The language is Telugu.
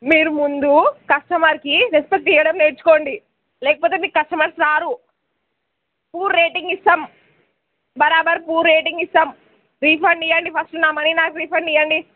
మీరు ముందు కస్టమర్కి రెస్పెక్ట్ ఇవ్వడం నేర్చుకోండి లేకపోతే మీకు కస్టమర్స్ రారు పూర్ రేటింగ్ ఇస్తాం బరాబర్ పూర్ రేటింగ్ ఇస్తాం రీఫండ్ ఇవ్వండి ఫస్టు నా మనీ నాకు రీఫండ్ ఇవ్వండి